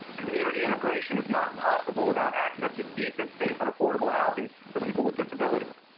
community integration is not possible without access to decent, safe, and affordable housing for people with disabilities.